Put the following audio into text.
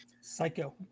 Psycho